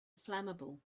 flammable